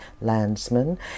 Landsman